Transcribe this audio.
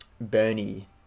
Bernie